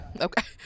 Okay